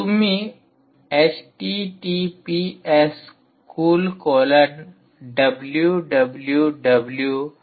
तुम्ही HTTPS cool colon W W W